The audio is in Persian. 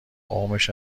قومش